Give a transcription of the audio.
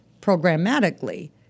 programmatically